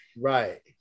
right